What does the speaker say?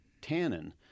Tannin